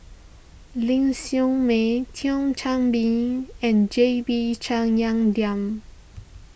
Ling Siew May Thio Chan Bee and J B